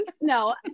No